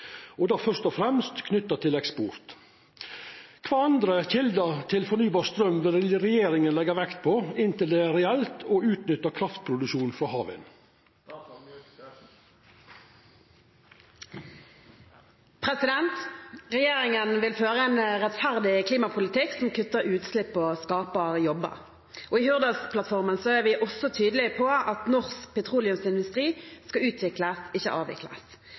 og da først og fremst knyttet til eksport. Hvilke andre kilder til fornybar strøm vil regjeringen legge vekt på inntil det blir aktuelt å utnytte kraftproduksjonen fra havvind?» Regjeringen vil føre en rettferdig klimapolitikk som kutter utslipp og skaper jobber. I Hurdalsplattformen er vi også tydelige på at norsk petroleumsindustri skal utvikles, ikke avvikles.